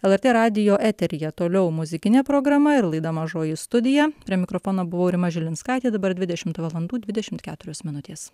lrt radijo eteryje toliau muzikinė programa ir laida mažoji studija prie mikrofono buvau rima žilinskaitė dabar dvidešimt valandų dvidešimt keturios minutės